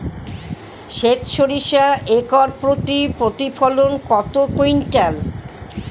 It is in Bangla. সেত সরিষা একর প্রতি প্রতিফলন কত কুইন্টাল?